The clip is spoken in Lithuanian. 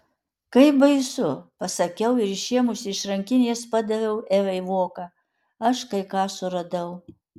kaip baisu pasakiau ir išėmusi iš rankinės padaviau evai voką aš kai ką suradau